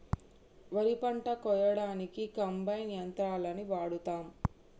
వరి పంట కోయడానికి కంబైన్ యంత్రాలని వాడతాం